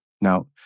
Now